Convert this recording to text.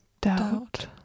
Doubt